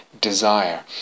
desire